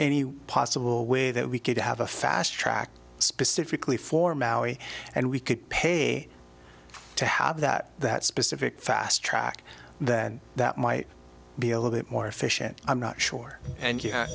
any possible way that we could have a fast track specifically for maui and we could pay to have that that specific fast track that that might be a little bit more efficient i'm not sure and